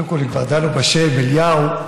קודם כול, התוודענו בשם אליהו,